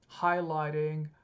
highlighting